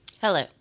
Hello